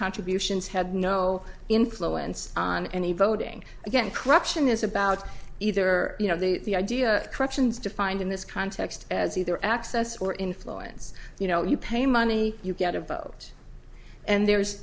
contributions had no influence on any voting again corruption is about either you know the idea of corrections defined in this context as either access or influence you know you pay money you get a vote and there